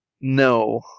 No